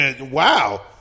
Wow